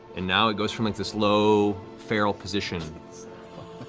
and now it goes from like this low, feral position